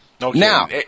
Now